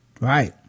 Right